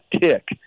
tick